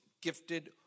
gifted